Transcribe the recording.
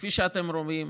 כפי שאתם רואים,